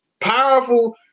powerful